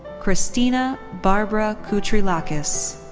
christina barbara koutrelakos.